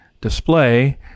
display